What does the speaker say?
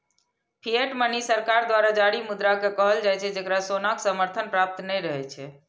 fiat money सरकार द्वारा जारी मुद्रा कें कहल जाइ छै, जेकरा सोनाक समर्थन प्राप्त नहि रहै छै